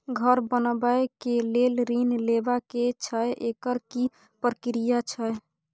घर बनबै के लेल ऋण लेबा के छै एकर की प्रक्रिया छै?